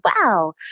Wow